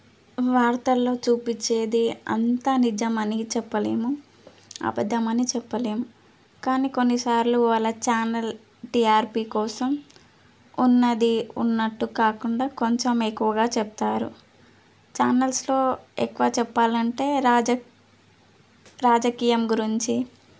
వార్తల్లో చూపించేది అంతా నిజమని చెప్పలేము అబద్దమని చెప్పలేం కానీ కొన్నిసార్లు వాళ్ళ ఛానల్ టిఆర్పి కోసం ఉన్నది ఉన్నట్టు కాకుండా కొంచెం ఎక్కువగా చెప్తారు ఛానల్స్లో ఎక్కువ చెప్పాలంటే రాజ రాజకీయం గురించి